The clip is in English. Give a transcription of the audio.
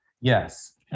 Yes